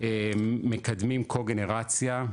מקדמים קוגנרציה,